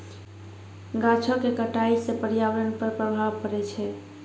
गाछो क कटाई सँ पर्यावरण पर प्रभाव पड़ै छै